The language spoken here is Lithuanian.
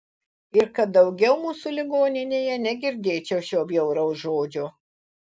ir kad daugiau mūsų ligoninėje negirdėčiau šio bjauraus žodžio